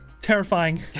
terrifying